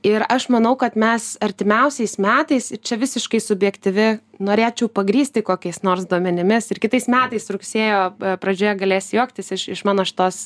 ir aš manau kad mes artimiausiais metais čia visiškai subjektyvi norėčiau pagrįsti kokiais nors duomenimis ir kitais metais rugsėjo pradžioje galėsi juoktis iš iš mano šitos